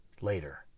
later